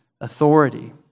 authority